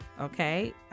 Okay